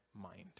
mind